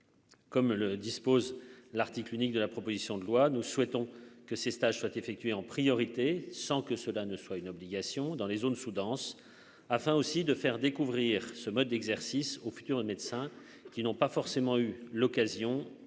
Comme le dispose l'article unique de la proposition de loi, nous souhaitons que ces stages soient effectuées en priorité, sans que cela ne soit une obligation dans les zones sous-denses afin aussi de faire découvrir ce mode d'exercice au futur de médecin qui n'ont pas forcément eu l'occasion